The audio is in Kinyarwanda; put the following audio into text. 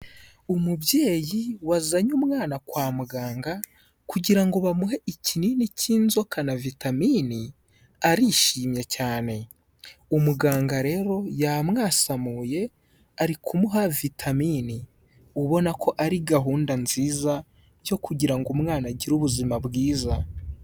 Umubyeyi wazanye umwana kwa muganga kugira ngo bamuhe ikinini cy'inzoka na vitamine arishimye cyane. Umuganga rero yamwasamuye ari kumuha vitaminini ubona ko ari gahunda nziza yo kugira ngo umwana agire ubuzima bwiza.